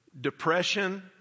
depression